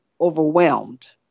overwhelmed